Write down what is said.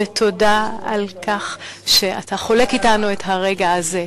ותודה על כך שאתה חולק אתנו את הרגע הזה.